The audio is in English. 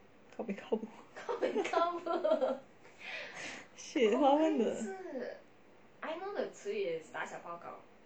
kao pei kao bu shit 华文的